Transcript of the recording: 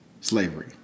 slavery